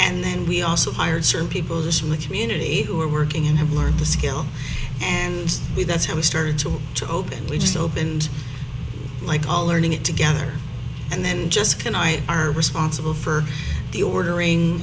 and then we also hired certain people just with community who are working and have learnt the skill and that's how we started to to open we just opened like all earning it together and then just can i are responsible for the ordering